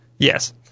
Yes